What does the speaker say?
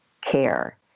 care